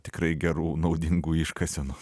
tikrai gerų naudingų iškasenų